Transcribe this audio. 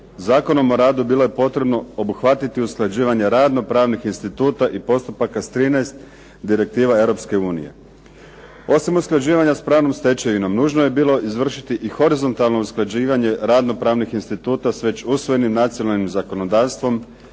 Zakonom o radu bilo je potrebno obuhvatiti usklađivanje radno pravnih instituta i postupaka s 13 direktiva Europske unije. Osim usklađivanja s pravnom stečevinom nužno je bilo izvršiti i horizontalno usklađivanje radno-pravnih instituta s već usvojenim nacionalnim zakonodavstvom